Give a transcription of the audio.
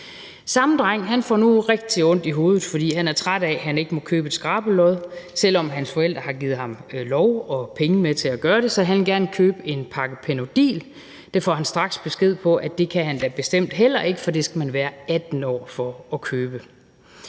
Samme dreng får nu rigtig ondt i hovedet, for han er træt af, at han ikke må købe et skrabelod, selv om hans forældre har givet ham lov og penge med til at gøre det, så han vil gerne købe en pakke Panodil. Det får han straks besked på at han bestent heller ikke kan, for det skal man være 18 år for at købe.